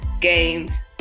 games